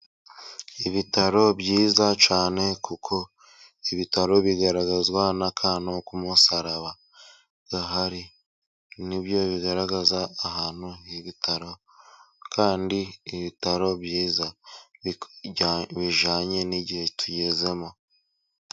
Ibitaro byiza cyane, kuko ibitaro bigaragazwa n'akantu k'umusaraba gahari, ni byo bigaragaza ahantu h'ibitaro kandi ibitaro byiza bijyanye n'igihe tugezemo.